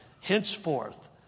Henceforth